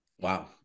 Wow